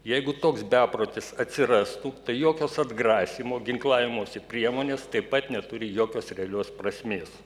jeigu toks beprotis atsirastų tai jokios atgrasymo ginklavimosi priemonės taip pat neturi jokios realios prasmės